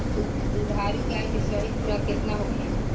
दुधारू गाय के सही खुराक केतना होखे?